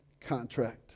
contract